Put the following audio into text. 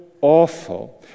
awful